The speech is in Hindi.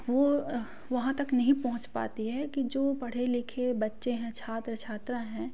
वो वहाँ तक नहीं पहुँच पाती है कि जो पढ़े लिखे बच्चे हैं छात्र छात्रा हैं